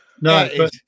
No